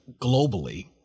globally